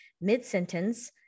mid-sentence